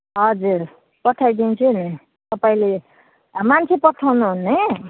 हजुर पठाइदिन्छु नि तपाईँले मान्छे पठाउनु हुने